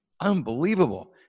unbelievable